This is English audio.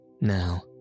Now